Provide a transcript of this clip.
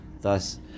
thus